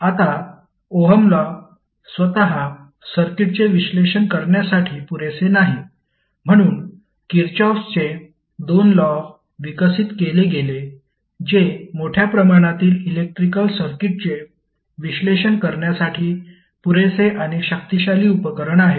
आता Ohm law स्वतः सर्किटचे विश्लेषण करण्यासाठी पुरेसे नाही म्हणून किरचॉफ चे दोन लॉ विकसित केले गेले जे मोठ्या प्रमाणातील इलेक्ट्रिकल सर्किटचे विश्लेषण करण्यासाठी पुरेसे आणि शक्तिशाली उपकरण आहेत